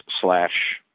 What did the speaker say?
slash